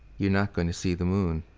you're not going to see the moon.